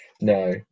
No